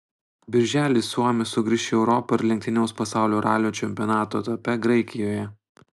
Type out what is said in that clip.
birželį suomis sugrįš į europą ir lenktyniaus pasaulio ralio čempionato etape graikijoje